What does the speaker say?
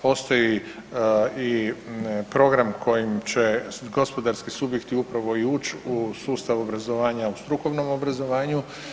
Postoji i program kojim će gospodarski subjekti upravo i uć u sustav obrazovanja u strukovnom obrazovanju.